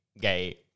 gay